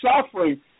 suffering